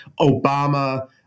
Obama